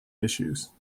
issues